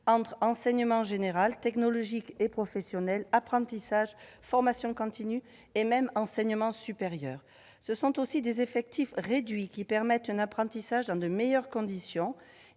entre enseignements général, technologique et professionnel, apprentissage, formation continue et même enseignement supérieur. Ses effectifs réduits permettent un apprentissage dans les meilleures conditions.